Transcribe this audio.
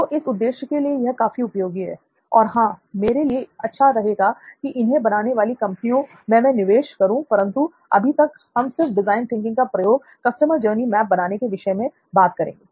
तो उस उद्देश्य के लिए यह काफ़ी उपयोगी है और हां मेरे लिए अच्छा रहेगा कि इन्हें बनाने वाली कंपनियों में मैं निवेश करूं परंतु अभी हम सिर्फ डिजाइन थिंकिंग का प्रयोग कस्टमर जर्नी मैप बनाने के विषय में बात करेंगे